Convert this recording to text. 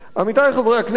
עמיתי חברי הכנסת,